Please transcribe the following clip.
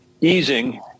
easing